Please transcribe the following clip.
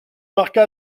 marqua